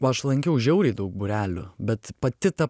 aš lankiau žiauriai daug būrelių bet pati ta